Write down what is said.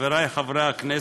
חברי חברי הכנסת,